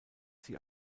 sie